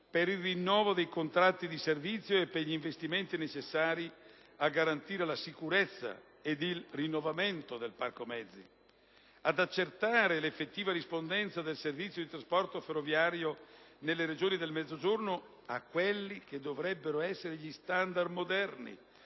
per il rinnovo dei contratti di servizio e per gli investimenti necessari a garantire la sicurezza ed il rinnovamento del parco mezzi; ad accertare l'effettiva rispondenza del servizio di trasporto ferroviario nelle Regioni del Mezzogiorno a quelli che dovrebbero essere gli standard moderni